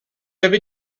avait